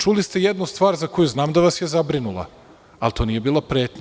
Čuli ste jednu stvar za koju znam da vas je zabrinula, ali to nije bila pretnja.